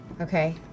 Okay